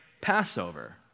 Passover